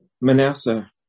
Manasseh